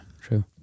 true